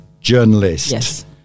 journalist